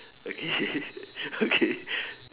okay okay